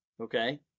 okay